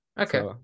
Okay